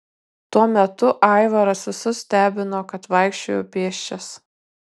tuo metu aivaras visus stebino kad vaikščiojo pėsčias